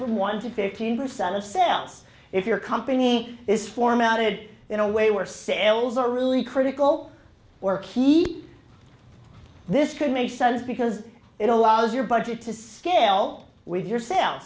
from one to fifteen percent of sales if your company is formatted in a way where sales are really critical or keep this could make sense because it allows your budget to sail with your